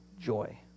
joy